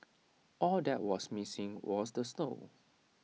all that was missing was the snow